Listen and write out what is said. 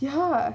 ya